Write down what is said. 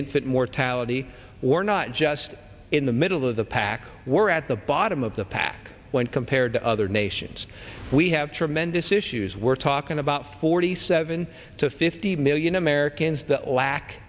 infant mortality or not just in the middle of the pack we're at the boy bottom of the pack when compared to other nations we have tremendous issues we're talking about forty seven to fifty million americans